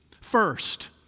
First